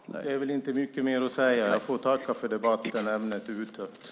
Fru talman! Det finns inte mycket mer att säga. Ämnet är uttömt. Jag får tacka för debatten.